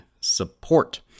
support